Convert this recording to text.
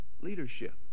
leadership